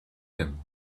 him